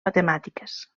matemàtiques